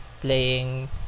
playing